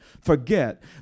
forget